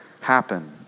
happen